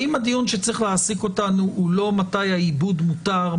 האם הדיון שצריך להעסיק אותנו הוא לא מתי העיבוד מותר?